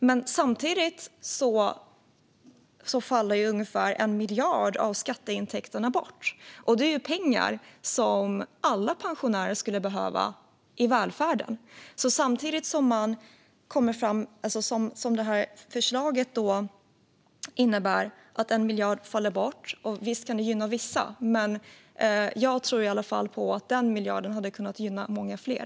Men samtidigt faller ungefär 1 miljard kronor av skatteintäkterna bort, och det är pengar som alla pensionärer skulle behöva i välfärden. Samtidigt som förslaget innebär att 1 miljard faller bort - och visst kan det gynna vissa - tror jag i alla fall på att denna miljard hade kunnat gynna många fler.